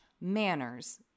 manners